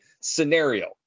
scenario